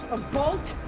a bolt?